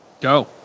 Go